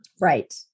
Right